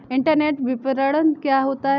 Internet विपणन क्या होता है?